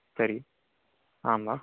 तर्हि आं वा